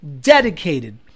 dedicated